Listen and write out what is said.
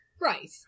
Right